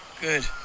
good